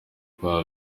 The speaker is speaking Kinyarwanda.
kwa